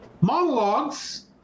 monologues